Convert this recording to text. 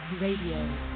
Radio